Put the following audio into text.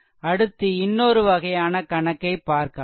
அடுத்து இன்னொரு வகையான கணக்கைப் பார்க்கலாம்